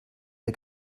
der